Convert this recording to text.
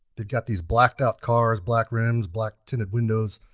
they've got these blacked-out cars, black rims, black tinted windows.